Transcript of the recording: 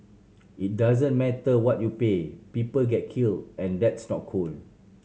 it doesn't matter what you pay people get killed and that's not cool